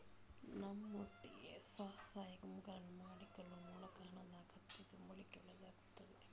ನರ್ಮ್ ಒಟ್ಟಿಗೆ ಸ್ವ ಸಹಾಯ ಗುಂಪುಗಳನ್ನ ಮಾಡಿಕೊಳ್ಳುವ ಮೂಲಕ ಹಣದ ಅಗತ್ಯತೆ ತುಂಬಲಿಕ್ಕೆ ಒಳ್ಳೇದಾಗ್ತದೆ